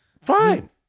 fine